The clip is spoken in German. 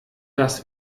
das